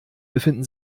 befinden